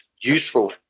useful